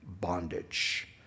bondage